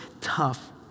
tough